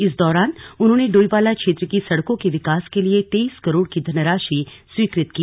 इंस दौरान उन्होंने डोईवाला क्षेत्र की सड़कों के विकास के लिए तेईस करोड़ की धनराशि स्वीकृत की